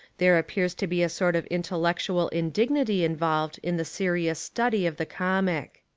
there appears to be a sort of intellectual in dignity involved in the serious study of the comic.